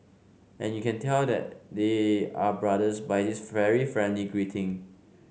and you can tell their they are brothers by this very friendly greeting